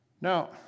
Now